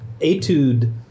etude